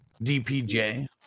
DPJ